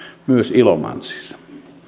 myös ilomantsissa